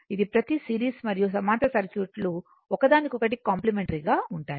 ఇది ప్రతి సిరీస్ మరియు సమాంతర సర్క్యూట్లు ఒక దానికొకటి కాంప్లిమెంటరీ గా ఉంటాయి